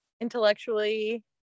intellectually